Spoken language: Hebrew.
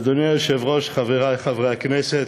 אדוני היושב-ראש, חברי חברי הכנסת,